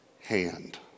hand